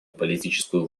политическую